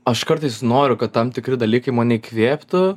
aš kartais noriu kad tam tikri dalykai mane įkvėptų